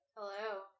Hello